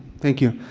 thank you.